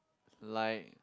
like